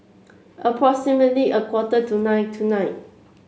approximately a quarter to nine tonight